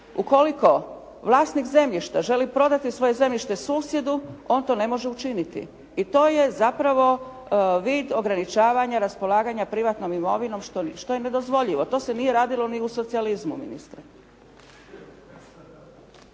ukoliko vlasnik zemljišta želi prodati svoje zemljište susjedu on to ne može učiniti i to je zapravo vid ograničavanja raspolaganja privatnom imovinom što je nedozvoljivo. To se nije radilo ni u socijalizmu ministre.